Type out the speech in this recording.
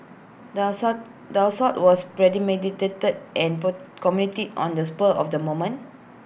the assault the assault was premeditated and put committed on A spur of the moment